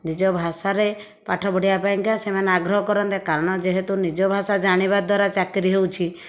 ନିଜ ଭାଷାରେ ପାଠ ପଢ଼ିବା ପାଇଁକା ସେମାନେ ଆଗ୍ରହ କରନ୍ତେ କାରଣ ଯେହେତୁ ନିଜ ଭାଷା ଜାଣିବା ଦ୍ୱାରା ଚାକିରୀ ହେଉଛି